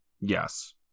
yes